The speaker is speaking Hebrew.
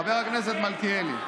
חבר הכנסת מלכיאלי.